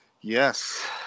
Yes